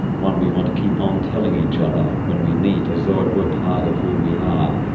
one we want to keep on telling each other when we meet as though it were part of who we are,